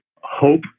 hope